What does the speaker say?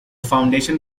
foundation